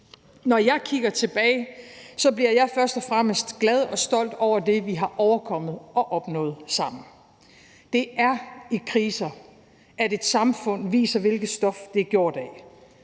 når jeg kigger tilbage, bliver jeg først og fremmest glad og stolt over det, vi har overkommet og opnået sammen. Det er i kriser, et samfund viser, hvilket stof det er gjort af,